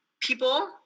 People